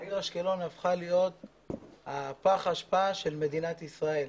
העיר אשקלון הפכה להיות פח האשפה של מדינת ישראל.